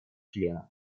членов